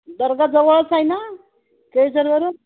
दर्गा जवळच आहे ना केळजरवरून